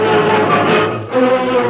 or no